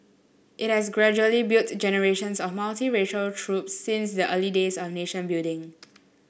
it has gradually built generations of multiracial troops since the early days of nation building